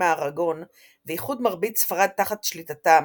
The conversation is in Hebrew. מאראגון ואיחוד מרבית ספרד תחת שליטתם,